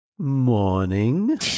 Morning